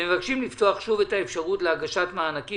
הם מבקשים לפתוח שוב את האפשרות להגשת מענקים